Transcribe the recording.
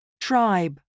tribe